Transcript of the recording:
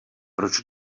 proč